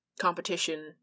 competition